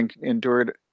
endured